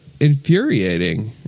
infuriating